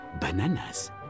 bananas